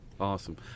Awesome